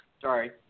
Sorry